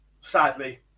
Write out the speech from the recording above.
Sadly